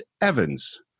Evans